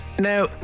Now